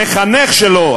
המחנך שלו,